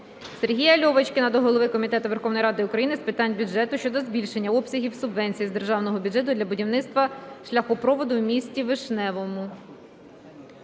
Сергія Льовочкіна до голови Комітету Верховної Ради України з питань бюджету щодо збільшення обсягу субвенції з державного бюджету для будівництва шляхопроводу у місті Вишневому.